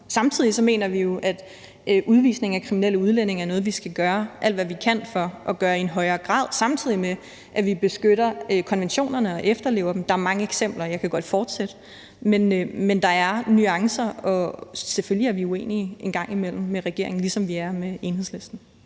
Samtidig mener vi jo, at udvisning af kriminelle udlændinge er noget, vi skal gøre alt, hvad vi kan for at gøre i en højere grad, samtidig med at vi beskytter konventionerne og efterlever dem. Der er mange eksempler; jeg kan godt fortsætte, men der er nuancer. Selvfølgelig er vi uenige med regeringen en gang imellem, ligesom vi er det med Enhedslisten.